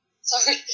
Sorry